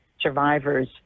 survivors